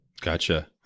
gotcha